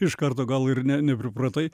iš karto gal ir ne nepripratai